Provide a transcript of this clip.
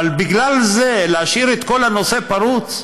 אבל בגלל זה להשאיר את כל הנושא פרוץ,